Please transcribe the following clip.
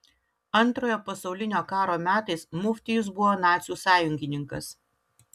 antrojo pasaulinio karo metais muftijus buvo nacių sąjungininkas